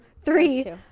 three